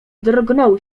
drgnął